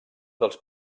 dels